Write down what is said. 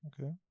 Okay